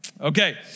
Okay